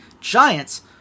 Giants